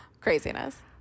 craziness